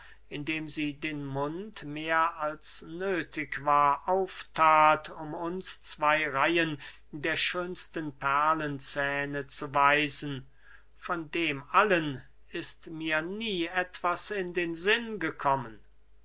indem sie den mund mehr als nöthig war aufthat um uns zwey reihen der schönsten perlenzähne zu weisen von dem allen ist mir nie etwas in den sinn gekommen